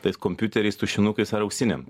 tais kompiuteriais tušinukais ar auksinėm